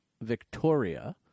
Victoria